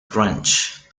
french